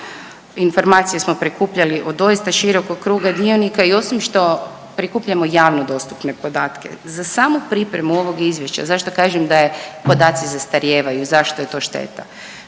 Informacije smo prikupljali od doista širokog kruga dionika i osim što prikupljamo javno dostupne podatke, za samu pripremu ovog Izvješća, zašto kažem da je, podaci zastarijevaju, zašto je to šteta.